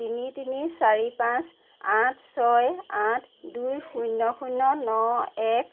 তিনি তিনি চাৰি পাঁচ আঠ ছয় আঠ দুই শূন্য শূন্য ন এক